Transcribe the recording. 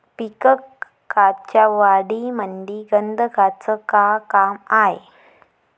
पिकाच्या वाढीमंदी गंधकाचं का काम हाये?